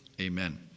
Amen